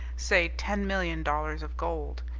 say ten million dollars of gold.